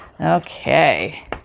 Okay